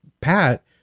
Pat